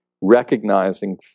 recognizing